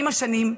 עם השנים,